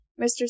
Mr